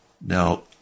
Now